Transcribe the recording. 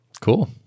cool